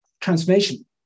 transformation